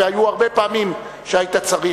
והיו הרבה פעמים שהיית צריך.